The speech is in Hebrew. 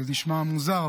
זה נשמע מוזר,